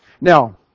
Now